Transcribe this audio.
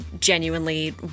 genuinely